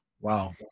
Wow